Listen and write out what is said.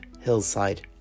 hillside